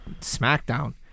SmackDown